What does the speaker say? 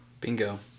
Bingo